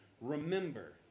Remember